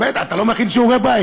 בטח, אתה לא מכין שיעורי-בית.